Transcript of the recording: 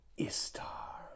Istar